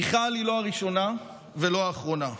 מיכל היא לא הראשונה ולא האחרונה.